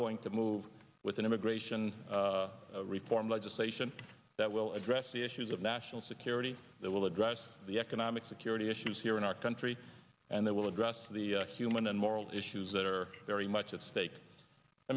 going to move with an immigration reform legislation that will address the issues of national security that will address the economic security issues here in our country and they will address the human and moral issues that are very much at stake